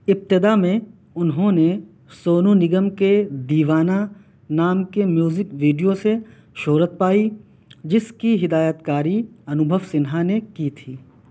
ابتدا میں انہوں نے سونو نگم کے دیوانہ نام کے میوزک ویڈیو سے شہرت پائی جس کی ہدایت کاری انوبھو سنہا نے کی تھی